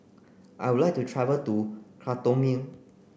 I would like to travel to Khartoum